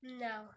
No